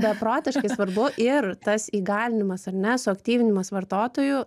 beprotiškai svarbu ir tas įgalinimas ar ne suaktyvinimas vartotojų